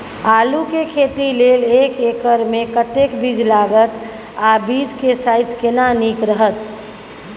आलू के खेती लेल एक एकर मे कतेक बीज लागत आ बीज के साइज केना नीक रहत?